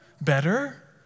better